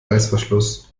reißverschluss